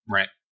Right